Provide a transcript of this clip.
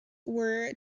were